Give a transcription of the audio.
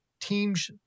teams